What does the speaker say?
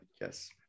Yes